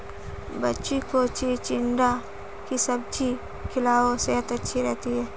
बच्ची को चिचिण्डा की सब्जी खिलाओ, सेहद अच्छी रहती है